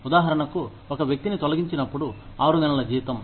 ఉదాహరణకు ఒక వ్యక్తిని తొలగించినప్పుడు ఆరు నెలల జీతం